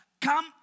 come